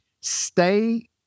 stay